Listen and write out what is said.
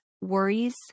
worries